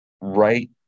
right